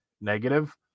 negative